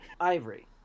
Ivory